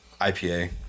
IPA